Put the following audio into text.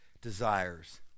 desires